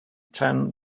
ten